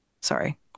sorry